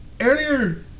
earlier